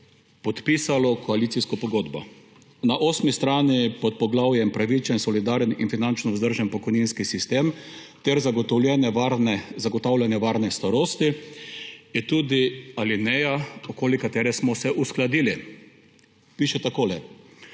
koalicijsko pogodbo. Na osmi strani pod poglavjem Pravičen, solidaren in finančno vzdržen pokojninski sistem ter zagotavljanje varne starosti je tudi alineja, okoli katere smo se uskladili. Piše takole: